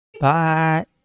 Bye